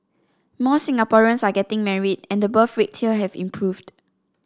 more Singaporeans are getting married and the birth rates here have improved